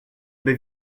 baie